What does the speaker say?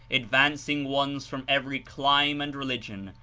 advancing ones from every clime and religion,